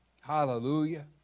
Hallelujah